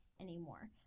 anymore